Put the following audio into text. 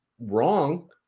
wrong